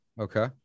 Okay